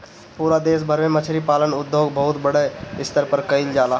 पूरा देश भर में मछरी पालन उद्योग बहुते बड़ स्तर पे कईल जाला